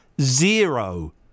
zero